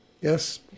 Yes